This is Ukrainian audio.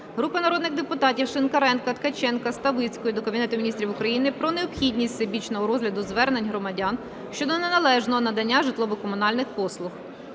Групи народних депутатів (Шинкаренка, Ткаченка, Славицької) до Кабінету Міністрів України про необхідність всебічного розгляду звернень громадян щодо неналежного надання житлово-комунальних послуг.